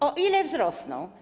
O ile wzrosną?